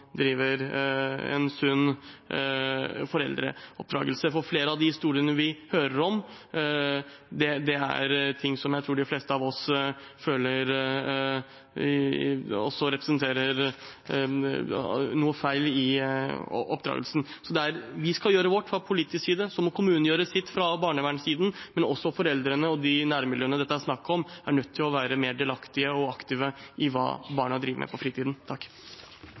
driver en sunn oppdragelse. Flere av de historiene vi hører om, er ting som jeg tror de fleste av oss føler også representerer noe feil i oppdragelsen. Vi skal gjøre vårt fra politisk side, så må kommunen gjøre sitt fra barnevernssiden, men også foreldrene og de nærmiljøene det er snakk om, er nødt til å være mer delaktige i og aktive med hensyn til hva barna driver med på fritiden.